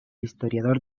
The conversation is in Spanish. historiador